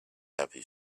happy